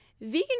vegan